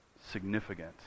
significant